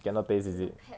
cannot taste is it